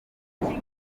gitanga